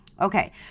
Okay